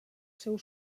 seu